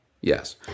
yes